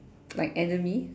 like enemy